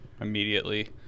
immediately